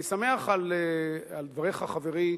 אני שמח על דבריך, חברי,